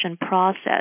process